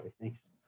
Thanks